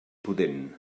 pudent